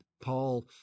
Paul